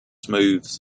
smooths